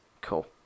Cool